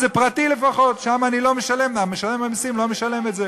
זה המצב המצחיק שאנחנו נמצאים בו,